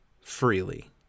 freely